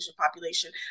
population